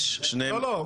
לא, לא.